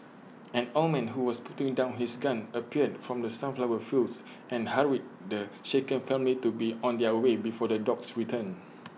an old man who was putting down his gun appeared from the sunflower fields and hurried the shaken family to be on their way before the dogs return